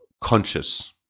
conscious